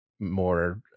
more